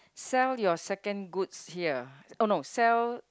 sell your second goods here oh no sell